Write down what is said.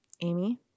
Amy